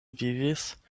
vivis